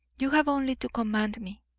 you have only to command me.